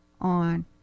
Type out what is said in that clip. on